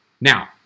Now